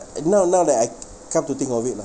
and now now that I come to think of it lah